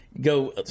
go